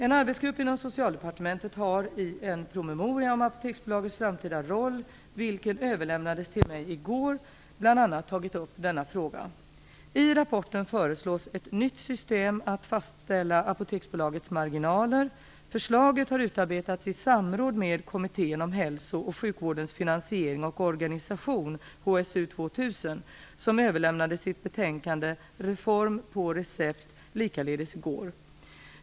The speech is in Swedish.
En arbetsgrupp inom Socialdepartementet har i en promemoria om Apoteksbolagets framtida roll, vilken överlämnades till mig i går, bl.a. tagit upp denna fråga. I rapporten föreslås ett nytt system att fastställa Apoteksbolagets marginaler. Förslaget har utarbetats i samråd med Kommittén om hälso och sjukvårdens finansiering och organisation, HSU 2000, som överlämnade sitt betänkande "Reform på recept" likaledes i går.